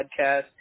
Podcast